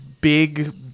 big